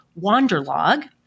Wanderlog